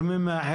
לכולם.